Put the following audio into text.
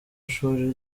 ishuri